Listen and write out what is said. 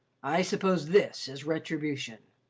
i suppose this is retribution.